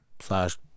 slash